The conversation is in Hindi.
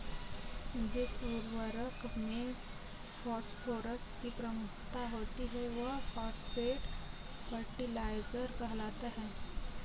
जिस उर्वरक में फॉस्फोरस की प्रमुखता होती है, वह फॉस्फेट फर्टिलाइजर कहलाता है